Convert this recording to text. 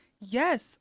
Yes